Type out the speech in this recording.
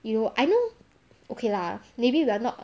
you I know okay lah maybe we are not